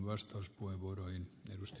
arvoisa puhemies